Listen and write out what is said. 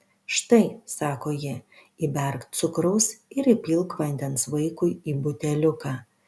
štai sako ji įberk cukraus ir įpilk vandens vaikui į buteliuką